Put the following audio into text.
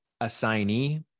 assignee